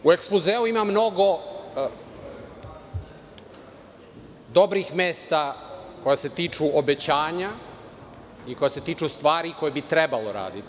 U ekspozeu ima mnogo dobrih mesta koja se tiču obećanja i koja se tiču stvari koje bi trebalo raditi.